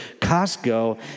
Costco